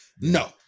No